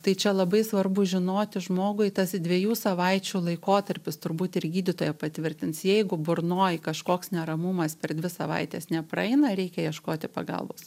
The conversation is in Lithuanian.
tai čia labai svarbu žinoti žmogui tas dviejų savaičių laikotarpis turbūt ir gydytoja patvirtins jeigu burnoj kažkoks neramumas per dvi savaites nepraeina reikia ieškoti pagalbos